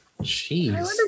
Jeez